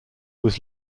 was